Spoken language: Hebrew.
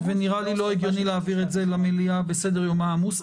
נראה לי לא הגיוני להעביר את זה למליאה בסדר יומה העמוס.